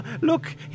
look